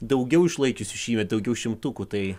daugiau išlaikiusių šįmet daugiau šimtukų tai